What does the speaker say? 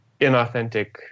inauthentic